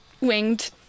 winged